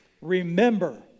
Remember